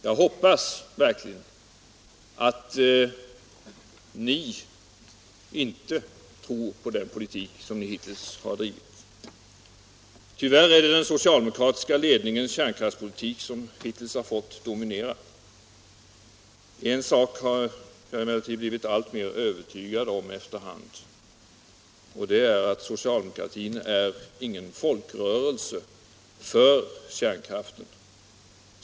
Jag hoppas verkligen att ni inte tror på den politik som ni hittills har drivit. Tyvärr är det den socialdemokratiska ledningens kärnkraftspolitik som hittills har fått dominera. En sak har jag emellertid efter hand blivit alltmer övertygad om: socialdemokratin är ingen folkrörelse för kärnkraften.